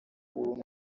umwe